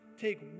take